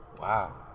Wow